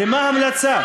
לְמה המלצה?